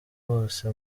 bose